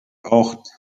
auch